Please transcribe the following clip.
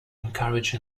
encourage